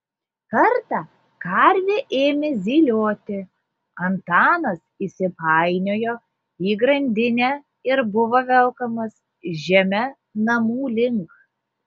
kartą karvė ėmė zylioti antanas įsipainiojo į grandinę ir buvo velkamas žeme namų link